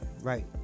Right